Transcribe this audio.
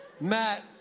Matt